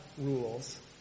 rules